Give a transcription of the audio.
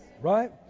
Right